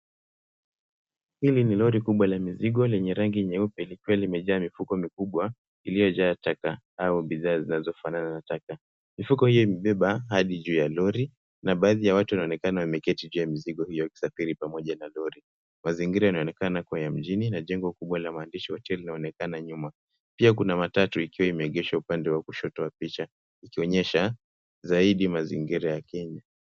Hili ni lori kubwa la mizigo lenye rangi nyeupe likiwa limejaa mifuko mikubwa iliyojaa taka au bidhaa zinazofanana na taka. Mifuko hii imebeba hadi juu ya lori na baadhi ya watu wanaonekana wameketi juu ya mzigo hiyo wakisafiri pamoja na lori. Mazingira yanaonekana kuwa ya mjini na jengo kubwa la maandishi ya hoteli inaonekana nyuma. Pia kuna matatu ikiwa imeegeshwa upande wa kushoto wa picha ikionyesha zaidi mazingira ya Kenya.